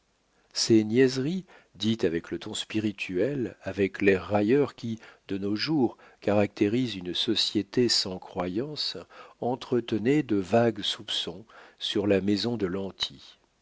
ces niaiseries dites avec le ton spirituel avec l'air railleur qui de nos jours caractérise une société sans croyances entretenaient de vagues soupçons sur la maison de